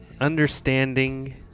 understanding